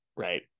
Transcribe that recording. Right